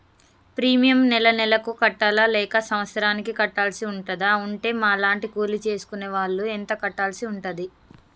Premium నెల నెలకు కట్టాలా లేక సంవత్సరానికి కట్టాల్సి ఉంటదా? ఉంటే మా లాంటి కూలి చేసుకునే వాళ్లు ఎంత కట్టాల్సి ఉంటది?